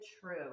true